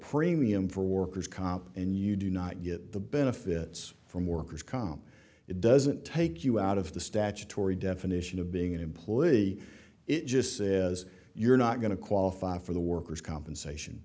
premium for workers comp and you do not get the benefits from workers comp it doesn't take you out of the statutory definition of being an employee it just says you're not going to qualify for the workers compensation